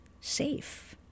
safe